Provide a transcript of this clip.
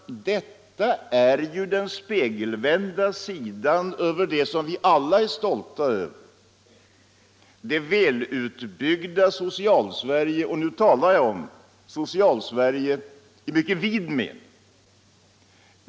Det är ju den spegelvända bilden av det som vi alla är stolta över, det välutbyggda Socialsverige. Då talar jag om Socialsverige i mycket vid mening.